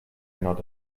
not